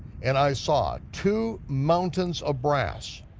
and i saw two mountains of brass.